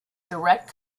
direct